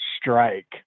strike